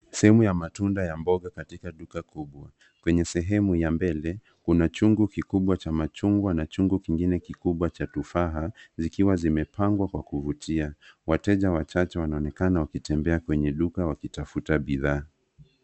Sehemu ya matunda ya mbogo katika duka kubwa, kwenye sehemu ya mbele kuna chungu kikubwa cha machungwa na chungu kingine kikubwa cha tufaha zikiwa zimepangwa kwa kuvutia. Wateja wachache wanaonekana wakitembea kwenye duka wakitafuta bidhaa.